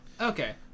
Okay